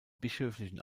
bischöflichen